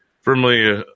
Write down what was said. firmly